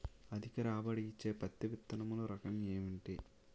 అధిక రాబడి ఇచ్చే పత్తి విత్తనములు రకం ఏంటి?